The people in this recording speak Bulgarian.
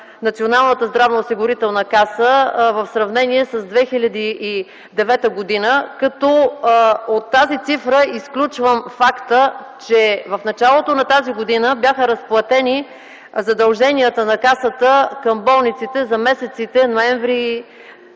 Националната здравноосигурителна каса в сравнение с 2009 г., като от тази цифра изключвам факта, че в началото на тази година бяха разплатени задълженията на Касата към болниците за месеците ноември